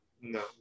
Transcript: No